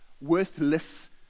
worthless